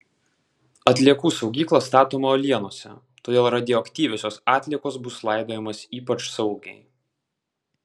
atliekų saugykla statoma uolienose todėl radioaktyviosios atliekos bus laidojamos ypač saugiai